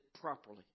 properly